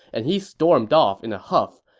and he stormed off in a huff,